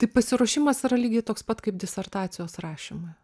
tai pasiruošimas yra lygiai toks pat kaip disertacijos rašymui